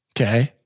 Okay